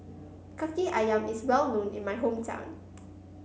Kaki ayam is well known in my hometown